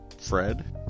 fred